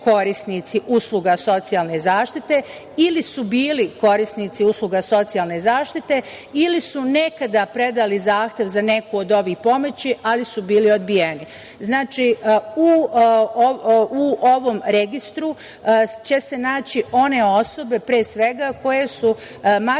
korisnici usluga socijalne zaštite ili su bili korisnici usluga socijalne zaštite ili su nekada predali zahtev za neku od ovih pomoći, ali su bili odbijeni. Znači, u ovom registru će se naći one osobe pre svega koje su makar